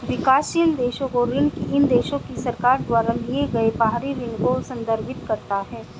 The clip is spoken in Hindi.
विकासशील देशों का ऋण इन देशों की सरकार द्वारा लिए गए बाहरी ऋण को संदर्भित करता है